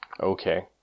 Okay